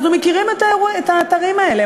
אנחנו מכירים את האתרים האלה,